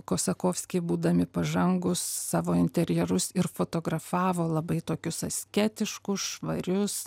kosakovskiai būdami pažangūs savo interjerus ir fotografavo labai tokius asketiškus švarius